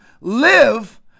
live